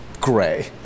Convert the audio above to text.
gray